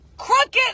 Crooked